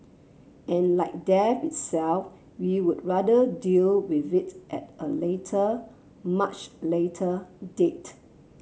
and like death itself we would rather deal with it at a later much later date